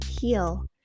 heal